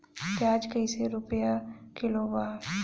प्याज कइसे रुपया किलो बा?